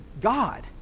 God